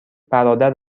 برادر